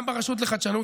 גם ברשות לחדשנות,